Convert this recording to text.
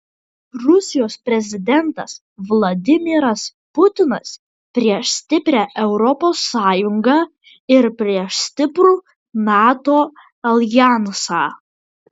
rusijos prezidentas vladimiras putinas prieš stiprią europos sąjungą ir prieš stiprų nato aljansą